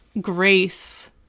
grace